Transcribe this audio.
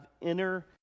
inner